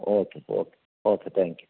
okay okay okay thank you